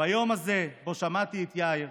ביום הזה שבו שמעתי את יאיר,